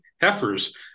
heifers